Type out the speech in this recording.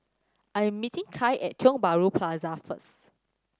I am meeting Kai at Tiong Bahru Plaza first